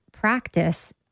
practice